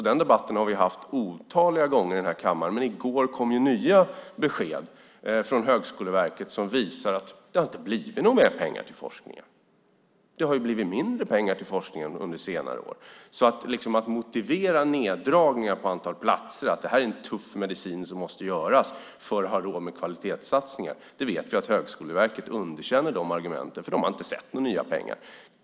Den debatten har vi haft otaliga gånger här i kammaren, men i går kom nya besked från Högskoleverket som visar att det inte har blivit några mer pengar till forskningen. Det har i stället blivit mindre pengar till forskningen under senare år. Att därför motivera neddragningen av antalet platser med att det är en tuff medicin som måste tas för att ha råd med kvalitetssatsningar håller inte. Högskoleverket underkänner de argumenten, för de har inte sett några nya pengar.